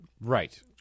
Right